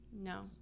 no